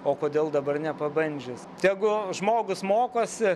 o kodėl dabar nepabandžius tegu žmogus mokosi